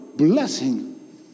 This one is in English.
blessing